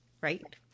Right